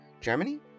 Germany